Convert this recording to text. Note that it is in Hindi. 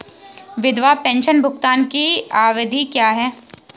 विधवा पेंशन भुगतान की अवधि क्या है?